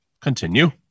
Continue